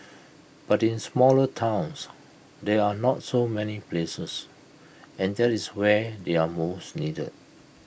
but in smaller towns there are not so many places and that is where they are most needed